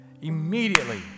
immediately